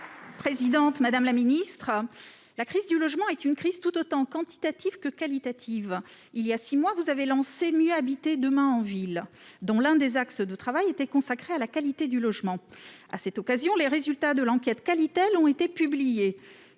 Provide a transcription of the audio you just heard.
Marta de Cidrac. Madame la ministre, la crise du logement est une crise tout aussi quantitative que qualitative. Il y a six mois, vous avez lancé « Mieux habiter demain en ville », dont l'un des axes de travail était consacré à la qualité du logement. À cette occasion, les résultats de l'enquête Qualitel ont été publiés.